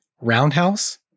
Roundhouse